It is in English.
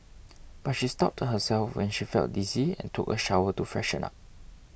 but she stopped herself when she felt dizzy and took a shower to freshen up